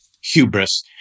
hubris